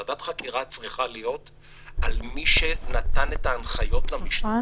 ועדת החקירה צריכה להיות על מי שנתן את ההנחיות למשטרה,